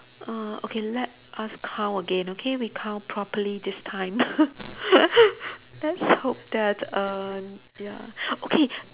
err okay let us count again okay we count properly this time let's hope that err ya okay